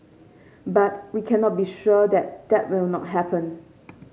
but we cannot be sure that that will not happen